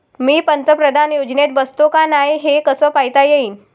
मी पंतप्रधान योजनेत बसतो का नाय, हे कस पायता येईन?